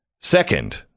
Second